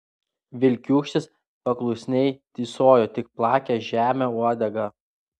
vilkiūkštis paklusniai tysojo tik plakė žemę uodegą